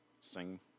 sing